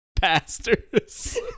pastors